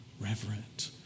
reverent